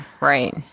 right